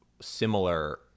similar